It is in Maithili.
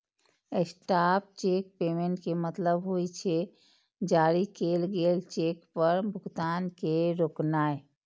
स्टॉप चेक पेमेंट के मतलब होइ छै, जारी कैल गेल चेक पर भुगतान के रोकनाय